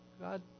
God